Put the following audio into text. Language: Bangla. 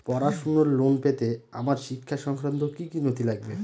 পড়াশুনোর লোন পেতে আমার শিক্ষা সংক্রান্ত কি কি নথি লাগবে?